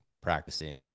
practicing